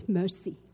mercy